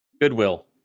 Goodwill